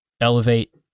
elevate